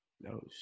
No